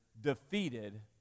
defeated